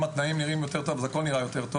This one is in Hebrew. אם התנאים נראים טוב יותר אז הכול נראה טוב יותר,